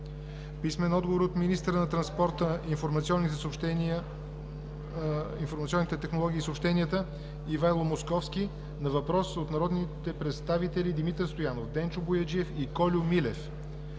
Йорданов; - министъра на транспорта, информационните технологии и съобщенията Ивайло Московски на въпрос от народните представители Димитър Стоянов, Денчо Бояджиев и Кольо Милев;